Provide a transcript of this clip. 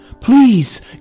Please